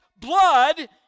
blood